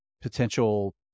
potential